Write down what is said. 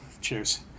Cheers